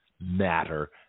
matter